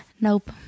Nope